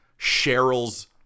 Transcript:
Cheryl's